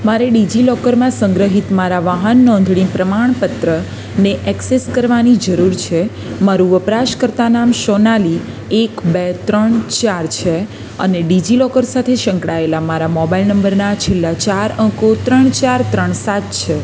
મારે ડિજિલોકરમાં સંગ્રહિત મારા વાહન નોંધણી પ્રમાણપત્ર ને એક્સેસ કરવાની જરૂર છે મારું વપરાશકર્તા નામ સોનાલી એક બે ત્રણ ચાર છે અને ડિજિલોકર સાથે સંકળાયેલા મારા મોબાઇલ નંબરના છેલ્લા ચાર અંકો ત્રણ ચાર ત્રણ સાત છે